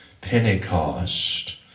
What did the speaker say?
Pentecost